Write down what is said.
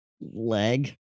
leg